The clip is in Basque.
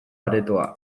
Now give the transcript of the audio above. aretoa